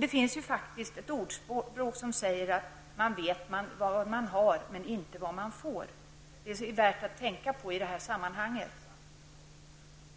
Det finns ett ordspråk som säger att man vet vad man har, men inte vad man får. Det är värt att tänka på i detta sammanhang.